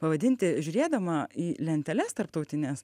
pavadinti žiūrėdama į lenteles tarptautines